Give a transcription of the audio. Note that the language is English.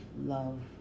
love